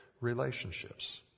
relationships